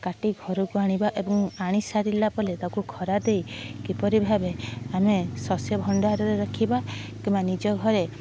କାଟି ଘରକୁ ଆଣିବା ଏବଂ ଆଣିସାରିଲା ପରେ ତାକୁ ଖରା ଦେଇ କିପରି ଭାବେ ଆମେ ଶସ୍ୟ ଭଣ୍ଡାରରେ ରଖିବା କିମ୍ବା ନିଜ ଘରେ